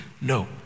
No